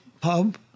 pub